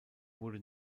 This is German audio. wurde